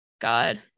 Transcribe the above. God